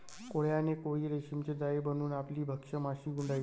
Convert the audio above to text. कोळ्याने कोळी रेशीमचे जाळे बनवून आपली भक्ष्य माशी गुंडाळली